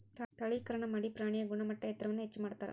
ತಳೇಕರಣಾ ಮಾಡಿ ಪ್ರಾಣಿಯ ಗುಣಮಟ್ಟ ಎತ್ತರವನ್ನ ಹೆಚ್ಚ ಮಾಡತಾರ